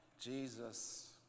Jesus